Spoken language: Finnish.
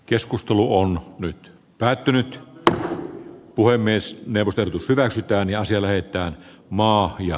keskustelu on nyt päättynyt puhemies neuvoteltu syvät ja löytää maa ja